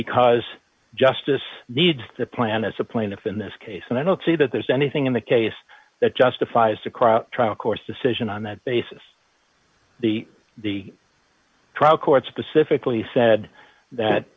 because justice needs to plan as a plaintiff in this case and i don't see that there's anything in the case that justifies the crowd trying to course decision on that basis the the trial court specifically said that